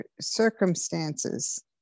circumstances